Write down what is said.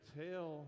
tell